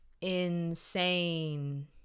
insane